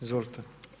Izvolite.